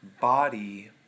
body